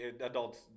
Adults